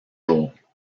jours